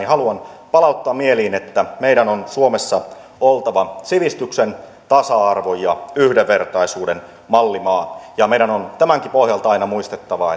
haluan palauttaa mieliin että meidän on suomessa oltava sivistyksen tasa arvon ja yhdenvertaisuuden mallimaa ja meidän on tämänkin pohjalta aina muistettava